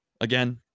again